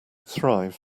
thrive